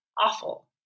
awful